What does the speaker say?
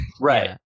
right